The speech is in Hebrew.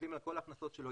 מסתכלים על כל ההכנסות שלו,